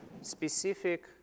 specific